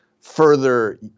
Further